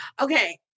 Okay